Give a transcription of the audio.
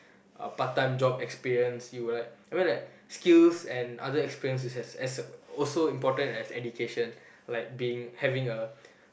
a part time job experience you will like I mean like skills and other experiences as as also important as education like being having a